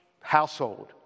household